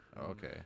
Okay